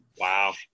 Wow